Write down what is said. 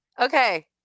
Okay